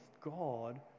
God